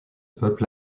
peuple